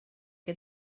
que